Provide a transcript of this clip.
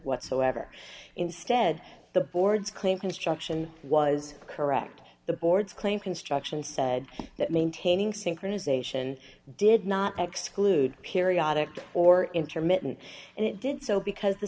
whatsoever instead the board's claim construction was correct the board's claim construction said that maintaining synchronization did not exclude periodic or intermittent and it did so because the